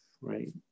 right